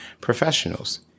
professionals